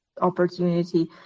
opportunity